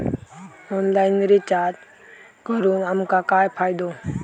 Online recharge करून आमका काय फायदो?